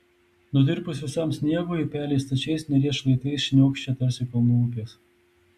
nutirpus visam sniegui upeliai stačiais neries šlaitais šniokščia tarsi kalnų upės